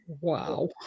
Wow